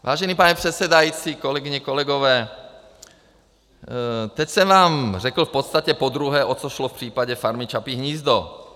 Vážený pane předsedající, kolegyně, kolegové, teď jsem vám řekl v podstatě podruhé, o co šlo v případě Farmy Čapí hnízdo.